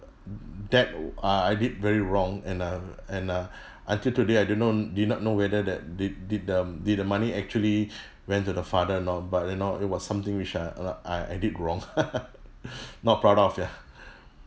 that uh I did very wrong and uh and uh until today I do not did not know whether that did did the did the money actually went to the father or not but you know it was something which uh uh I I did wrong not proud of ya